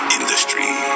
industry